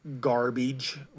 garbage